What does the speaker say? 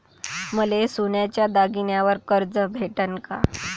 मले सोन्याच्या दागिन्यावर कर्ज भेटन का?